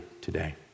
today